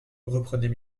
reprenait